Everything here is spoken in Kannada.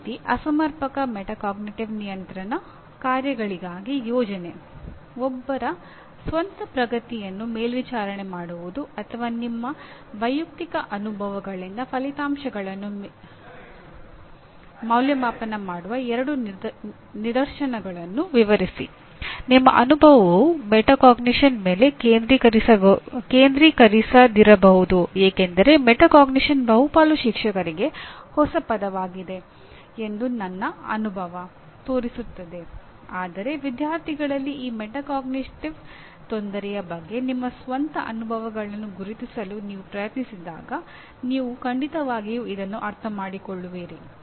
ಅದೇ ರೀತಿ ಅಸಮರ್ಪಕ ಮೆಟಾಕಾಗ್ನಿಟಿವ್ ತೊಂದರೆಯ ಬಗ್ಗೆ ನಿಮ್ಮ ಸ್ವಂತ ಅನುಭವಗಳನ್ನು ಗುರುತಿಸಲು ನೀವು ಪ್ರಯತ್ನಿಸಿದಾಗ ನೀವು ಖಂಡಿತವಾಗಿಯೂ ಇದನ್ನು ಅರ್ಥಮಾಡಿಕೊಳ್ಳುವಿರಿ